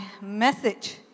message